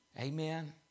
Amen